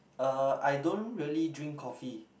uh I don't really drink coffee